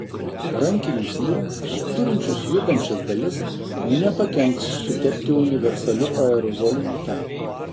rankinius įrankius turinčius judančias dalis nepakenks sutepti universaliu aerozoliniu tepalu